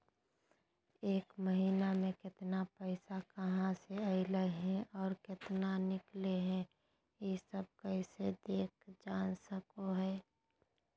एक महीना में केतना पैसा कहा से अयले है और केतना निकले हैं, ई सब कैसे देख जान सको हियय?